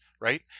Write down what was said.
right